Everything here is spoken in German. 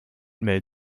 mel